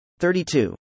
32